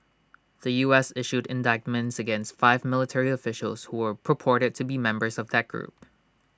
the U S issued indictments against five military officials who were purported to be members of that group